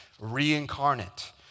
reincarnate